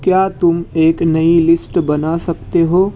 کیا تم ایک نئی لسٹ بنا سکتے ہو